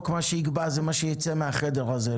מה שיקבע זה מה שייצא מהחדר הזה,